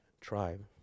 tribe